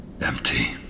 empty